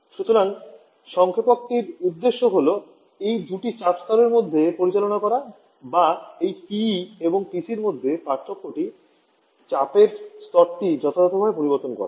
সুতরাং সংক্ষেপকটির উদ্দেশ্য হল এই দুটি চাপ স্তরের মধ্যে পরিচালনা করা বা এই PE এবং PCর মধ্যে পার্থক্যটির চাপের স্তরটি যথাযথভাবে পরিবর্তন করা